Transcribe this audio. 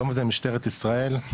כמובן משטרת ישראל,